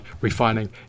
refining